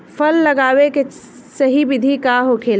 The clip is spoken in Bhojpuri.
फल लगावे के सही विधि का होखेला?